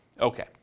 Okay